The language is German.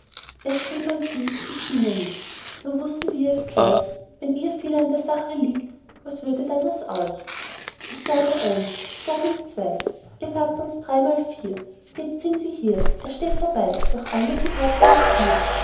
er schrieb an sie ich ginge nicht nur wußten wir es gleich wenn ihr viel an der sache liegt was würde dann aus euch ich gab ihr eins sie gab ihm zwei ihr gabt uns drei mal vier jetzt sind sie hier er steht dabei doch alle gehörten erst mir